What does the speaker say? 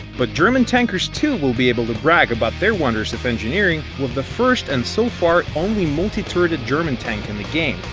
but german tankers too will be able to brag about their wonders of engineering, with the first and so far only multi-turreted german tank in the game.